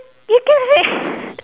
you can say